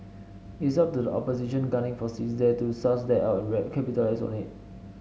it's up to the opposition gunning for seats there to suss that out and capitalise on it